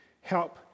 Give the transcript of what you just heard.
help